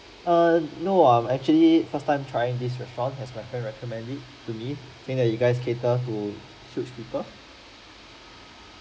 err no I'm actually first time trying this restaurant as my friend recommended to me saying that you guys cater to food to people